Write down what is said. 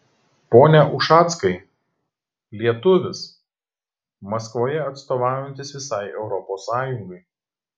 pone ušackai lietuvis maskvoje atstovaujantis visai europos sąjungai